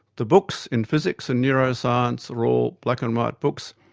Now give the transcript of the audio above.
the books in physics and neuroscience are all black and white books.